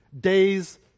days